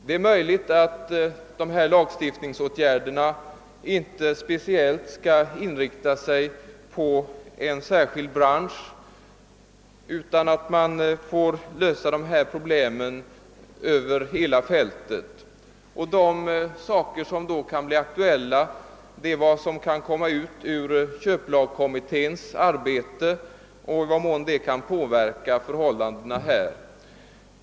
Det är möjligt att dessa lagstiftningsåtgärder inte bör inriktas på någon viss bransch utan att problemet får lösas i ett sammanhang över hela fältet. Något som därvid blir aktuellt är de resultat, som köplagkommitténs arbete kan leda till, i den mån dessa kan påverka förhållandena på detta område.